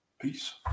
Peace